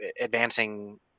advancing